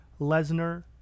Lesnar